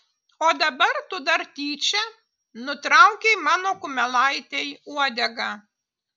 o dabar tu dar tyčia nutraukei mano kumelaitei uodegą